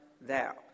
thou